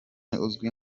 uzwi